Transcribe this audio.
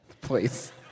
please